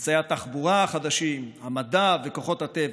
אמצעי התחבורה החדשים, המדע וכוחות הטבע.